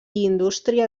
indústria